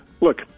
look